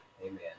Amen